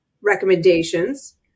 recommendations